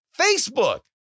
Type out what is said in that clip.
Facebook